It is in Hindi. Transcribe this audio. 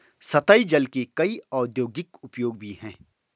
सतही जल के कई औद्योगिक उपयोग भी हैं